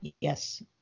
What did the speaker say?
Yes